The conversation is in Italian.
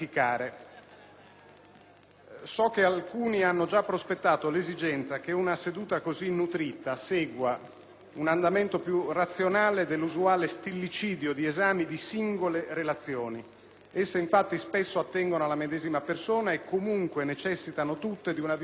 So che alcuni hanno già prospettato l'esigenza che una seduta così nutrita segua un andamento più razionale dell'usuale stillicidio di esami di singole relazioni; esse infatti spesso attengono alla medesima persona e comunque necessitano tutte di una visione complessiva